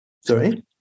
Sorry